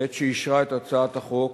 בעת שאישרה את הצעת החוק,